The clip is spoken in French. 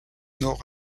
nord